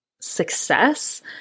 success